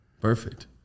Perfect